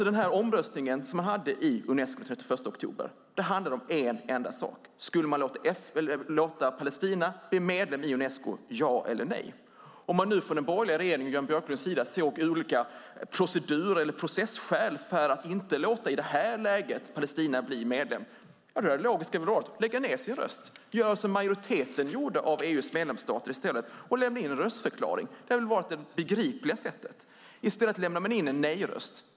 Den omröstning som man hade i Unesco den 31 oktober handlade om en enda sak, nämligen om man skulle låta Palestina bli medlem i Unesco - ja eller nej. Om man nu från den borgerliga regeringens och Jan Björklunds sida såg olika processkäl för att i detta läge inte låta Palestina bli medlem hade det logiska varit att lägga ned sin röst och i stället göra som majoriteten av EU:s medlemsstater gjorde och lämna in en röstförklaring. Det hade varit det begripliga sättet. I stället lämnade man in en nej-röst.